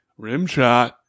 Rimshot